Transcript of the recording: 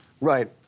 Right